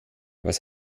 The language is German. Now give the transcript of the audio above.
was